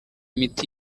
imiti